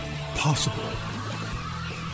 possible